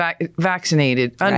vaccinated